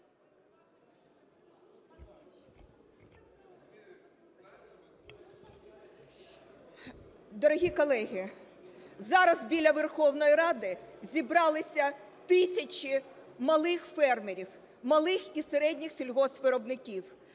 Дорогі колеги, зараз біля Верховної Ради зібралися тисячі малих фермерів, малих і середніх сільгоспвиробників.